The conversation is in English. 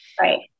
Right